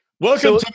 Welcome